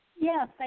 Yes